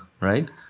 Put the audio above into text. right